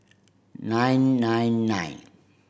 nine nine nine